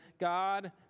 God